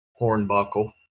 hornbuckle